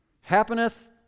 happeneth